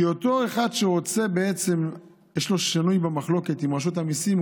כי אותו אחד שיש לו מחלוקת עם רשות המיסים,